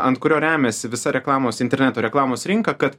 ant kurio remiasi visa reklamos interneto reklamos rinka kad